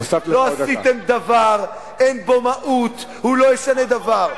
לא עשיתם דבר, אין בו מהות, הוא לא ישנה דבר.